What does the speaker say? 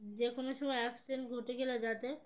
যে কোনো সময় অ্যাক্সিডেন্ট ঘটে গেলে যাতে